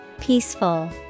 Peaceful